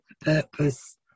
purpose